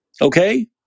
Okay